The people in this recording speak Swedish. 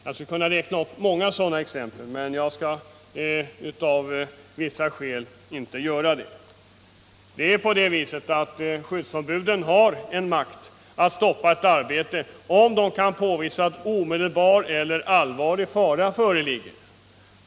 Jag skulle kunna räkna upp många sådana exempel, men jag skall av vissa skäl inte göra det här. Skyddsombuden har makt att stoppa ett arbete om de kan påvisa att omedelbar eller allvarlig fara föreligger.